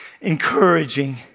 encouraging